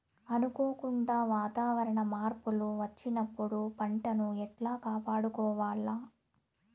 అనుకోకుండా వాతావరణ మార్పులు వచ్చినప్పుడు పంటను ఎట్లా కాపాడుకోవాల్ల?